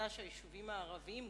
הראתה שהיישובים הערביים,